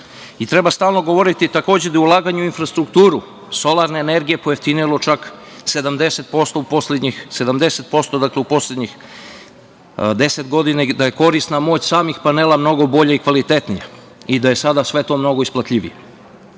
stalno govoriti, takođe, da je ulaganje u infrastrukturu solarne energije pojeftinilo čak 70% u poslednjih deset godina, da je korisna moć samih panela mnogo bolja i kvalitetnija i da je sada sve to mnogo isplativije. Kada